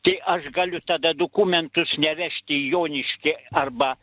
tai aš galiu tada dokumentus nevežti į joniškį arba